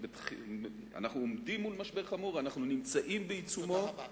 אנחנו עומדים מול משבר חמור, אנחנו נמצאים בעיצומו